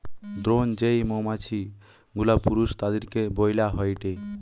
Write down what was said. drone যেই মৌমাছি গুলা পুরুষ তাদিরকে বইলা হয়টে